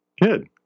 Good